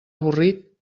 avorrit